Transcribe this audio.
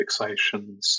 fixations